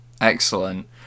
Excellent